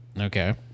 Okay